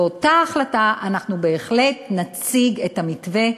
באותה החלטה בהחלט נציג את המתווה,